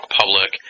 public